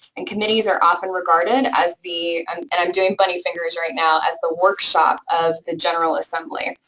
and committees are often regarded as the um and i'm doing bunny fingers right now as the workshop of the general assembly.